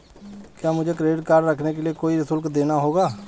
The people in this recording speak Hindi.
क्या मुझे क्रेडिट कार्ड रखने के लिए कोई शुल्क देना होगा?